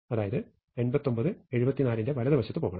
അതായത് 89 74 ന്റെ വലതുവശത്തേക്ക് പോകണം